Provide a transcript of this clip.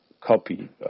copy